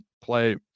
play